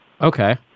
Okay